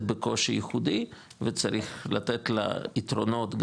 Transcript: בקושי ייחודי וצריך לתת לה יתרונות,